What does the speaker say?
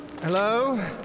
Hello